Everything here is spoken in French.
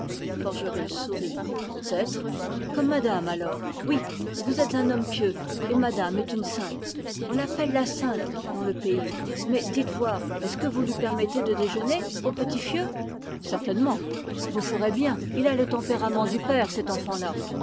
forgerus sourit peut-être comme madame alors oui vous êtes un homme pieux et madame est une sainte on l'appelle la sainte dans le pays mais dites voir est-ce que vous lui permettrez de déjeuner au petit fieu certainement vous ferez bien il a le tempérament du père cet enfant-là